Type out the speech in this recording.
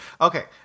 Okay